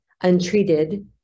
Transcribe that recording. Untreated